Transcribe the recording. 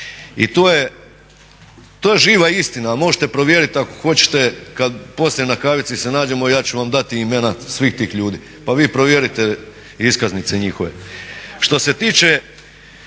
I to je živa istina. Možete provjeriti ako hoćete kad poslije na kavici se nađemo ja ću vam dati imena svih tih ljudi, pa vi provjerite iskaznice njihove.